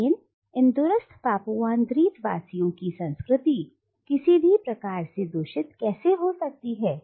लेकिन इन "दूरस्थ" पापुआन द्वीप वासियों की संस्कृति किसी भी प्रकार से दूषित कैसे हो सकती है